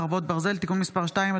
חרבות ברזל) (תיקון מס' 2),